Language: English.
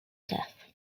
death